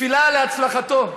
תפילה להצלחתו.